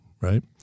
right